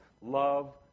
Love